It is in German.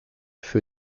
für